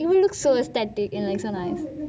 it will look so aesthetic and like so nice